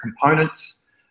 components